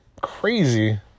crazy